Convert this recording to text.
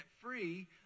free